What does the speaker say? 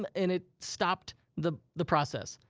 um and it stopped the the process.